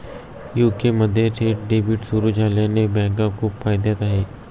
UK मध्ये थेट debit सुरू झाल्याने बँका खूप फायद्यात आहे